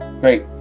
great